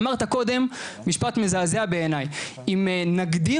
אמרת קודם משפט מזעזע בעיני אם נגדיר